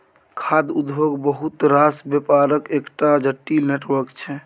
खाद्य उद्योग बहुत रास बेपारक एकटा जटिल नेटवर्क छै